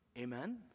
Amen